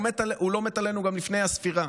הוא לא מת עלינו גם לפני הספירה.